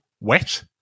wet